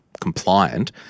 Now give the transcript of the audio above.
compliant